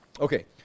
Okay